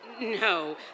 No